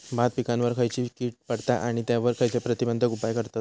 भात पिकांवर खैयची कीड पडता आणि त्यावर खैयचे प्रतिबंधक उपाय करतत?